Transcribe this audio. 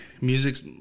music's